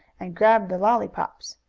and grabbed the lollypops.